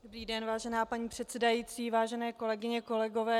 Dobrý den, vážená paní předsedající, vážené kolegyně, kolegové.